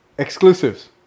Exclusives